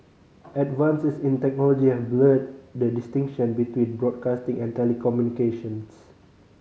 advances in technology have blurred the distinction between broadcasting and telecommunications